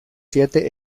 siete